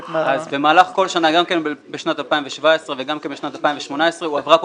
--- אז במהלך כל שנה גם כן בשנת 2017 וגם כן בשנת 2018 הועברה פה